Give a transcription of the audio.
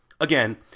Again